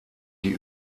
die